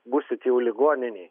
būsit jau ligoninėj